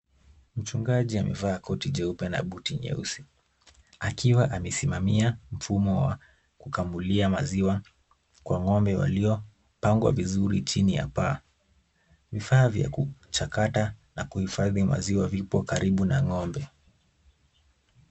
Mchungaji amevaa koti jeupe na buti njeusi, akiwa amesimamia mfumo wa kukamulia maziwa kwa ng'ombe waliopangwa vizuri chini ya paa. Vifaa vya kuchakata na kuhifadhi maziwa vipo karibu na ng'ombe.